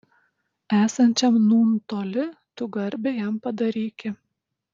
esančiam nūn toli tu garbę jam padaryki